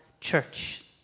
church